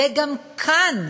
וגם כאן,